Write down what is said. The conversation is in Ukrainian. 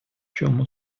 чому